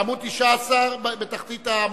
בעמוד 19, בתחתית העמוד.